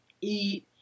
eat